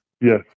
Yes